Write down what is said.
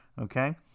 okay